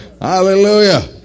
Hallelujah